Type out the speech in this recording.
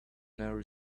narrow